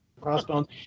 crossbones